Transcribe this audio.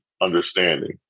understanding